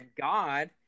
God